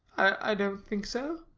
i don't think so.